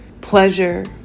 pleasure